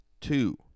two